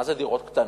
מה זה דירות קטנות?